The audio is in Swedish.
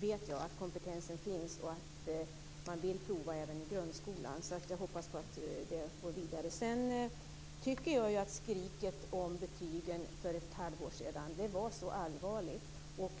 vet jag att kompetensen finns och att man vill prova detta även i grundskolan. Jag hoppas att det går vidare. Jag tycker att skriken om betygen för ett halvår sedan var allvarliga.